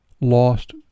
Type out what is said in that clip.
lost